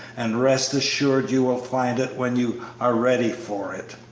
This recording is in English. and rest assured you will find it when you are ready for it.